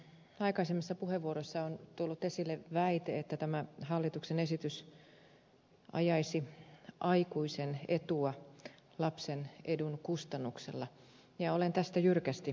aikaisemmissa puheenvuoroissa on tullut esille väite että tämä hallituksen esitys ajaisi aikuisen etua lapsen edun kustannuksella ja olen tästä jyrkästi eri mieltä